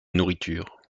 nourriture